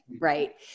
right